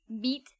beat